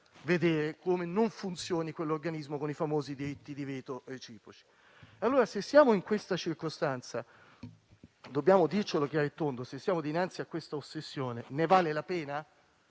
vedere come non funzioni quell'organismo con i famosi diritti di veto reciproci. Se, allora, siamo in questa circostanza, dobbiamo dircelo chiaro e tondo: se siamo dinanzi a questa ossessione, ne vale la pena?